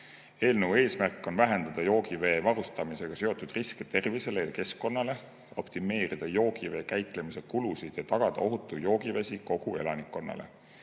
Eelnõu eesmärk on vähendada joogivee varustamisega seotud riske tervisele ja keskkonnale, optimeerida joogivee käitlemise kulusid ja tagada ohutu joogivesi kogu elanikkonnale.